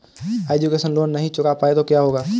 Education loan नहीं चुका पाए तो क्या होगा?